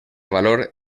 valor